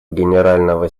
генерального